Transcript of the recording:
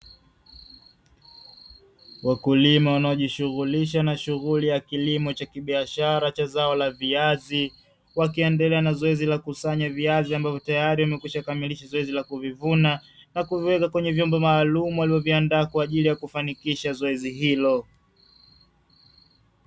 Wakulima wanajishughulisha na shughuli ya kilimo cha kibiashara cha zao la viazi, kwa kuendelea na zoezi la kusanya viazi ambavyo tayari wamekwisha kamilisha zoezi la kuvivuna na kuviweka kwenye vyombo maalum walivyoviandaa kwa ajili ya kufanikisha zoezi hilo.